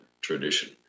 tradition